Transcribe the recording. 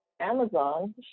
Amazon